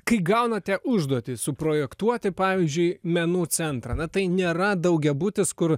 kai gaunate užduotį suprojektuoti pavyzdžiui menų centrą na tai nėra daugiabutis kur